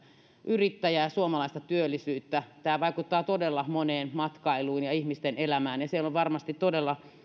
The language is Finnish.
yrittäjää suomalaista työllisyyttä tämä vaikuttaa todella moneen matkailuun ja ihmisten elämään ja siellä on varmasti todella